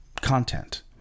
content